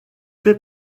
fait